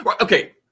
okay